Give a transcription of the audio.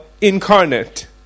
incarnate